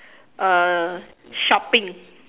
uh shopping